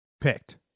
Picked